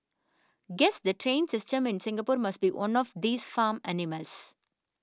guess the train system in Singapore must be one of these farm animals